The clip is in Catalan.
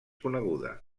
coneguda